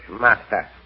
master